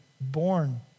born